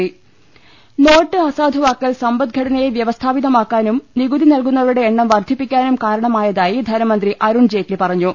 അർട്ട്ട്ട്ട്ട്ട്ട്ട്ട്ട്ട note അസാധുവാക്കൽ സമ്പദ്ഘടനയെ വൃവസ്ഥാപിതമാക്കാനും നികുതി നൽകുന്നവരുടെ എണ്ണം വർദ്ധിപ്പിക്കാനും കാരണമായതായി ധന മന്ത്രി അരുൺ ജെയ്റ്റ്ലി പറഞ്ഞു